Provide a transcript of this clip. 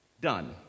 done